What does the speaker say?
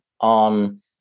on